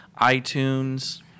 iTunes